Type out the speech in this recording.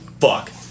fuck